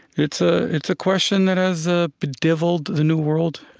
it's ah it's a question that has ah bedeviled the new world